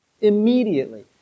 Immediately